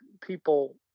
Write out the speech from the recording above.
people